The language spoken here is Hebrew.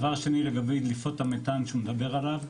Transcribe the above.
דבר שני לגבי דליפות המתאן שהוא מדבר עליו.